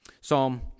Psalm